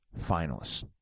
finalists